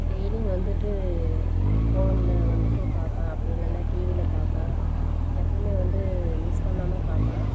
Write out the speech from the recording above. டெய்லியும் வந்துட்டு ஃபோனில் வந்துட்டு பார்ப்பேன் அப்படி இல்லைன்னா டிவியில் பார்ப்பேன் எப்பவுமே வந்து மிஸ் பண்ணாமல் பார்ப்பேன்